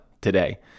today